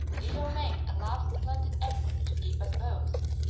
leo made a last splendid effort to keep us both,